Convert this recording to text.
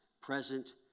present